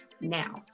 now